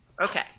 Okay